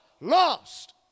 Lost